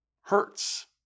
hurts